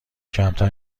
کمتر